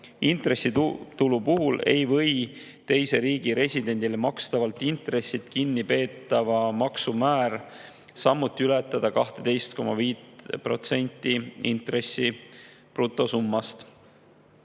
Intressitulu puhul ei või teise riigi residendile makstavalt intressilt kinnipeetava maksu määr samuti ületada 12,5% intressi brutosummast.